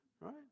right